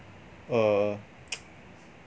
err